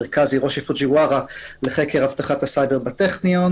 מרכז- -- לחקר אבטחת הסייבר בטכניון